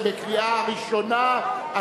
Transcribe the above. קריאה ראשונה,